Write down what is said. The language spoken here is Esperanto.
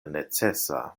necesa